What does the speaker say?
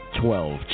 Twelve